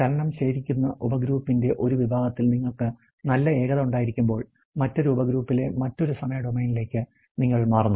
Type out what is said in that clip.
ചലനം ശേഖരിക്കുന്ന ഉപഗ്രൂപ്പിന്റെ ഒരു വിഭാഗത്തിൽ നിങ്ങൾക്ക് നല്ല ഏകത ഉണ്ടായിരിക്കുമ്പോൾ മറ്റൊരു ഉപഗ്രൂപ്പിലെ മറ്റൊരു സമയ ഡൊമെയ്നിലേക്ക് നിങ്ങൾ മാറുന്നു